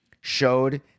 showed